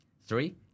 Three